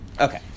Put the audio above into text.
okay